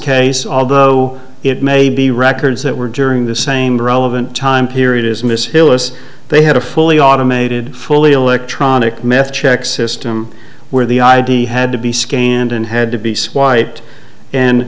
case although it may be records that were during the same relevant time period is miss hillis they had a fully automated fully electronic meth check system where the i d had to be scanned and had to be swiped and